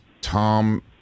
Tom –